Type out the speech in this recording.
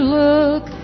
look